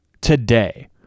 today